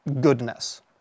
goodness